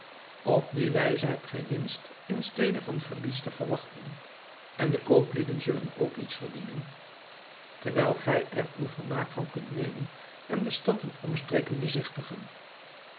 op die wijze hebt gij winst in stede van verlies te verwachten en de kooplieden zullen ook iets verdienen terwijl gij er uw vermaak van kunt nemen en de stad en omstreken bezigtigen